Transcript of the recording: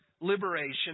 liberation